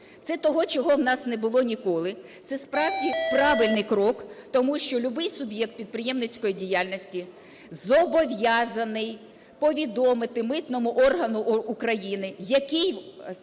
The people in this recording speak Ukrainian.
Це того, чого в нас не було ніколи. Це справді правильний крок, тому що любий суб'єкт підприємницької діяльності зобов'язаний повідомити митному органу України, який